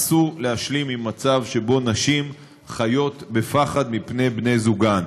אסור להשלים עם מצב שבו נשים חיות בפחד מפני בני זוגן.